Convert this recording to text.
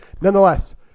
Nonetheless